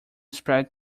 spread